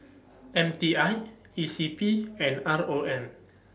M T I E C P and R O M